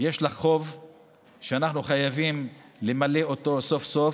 יש לך חוב שאנחנו חייבים למלא סוף-סוף